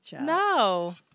No